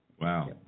Wow